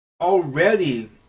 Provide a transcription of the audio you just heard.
already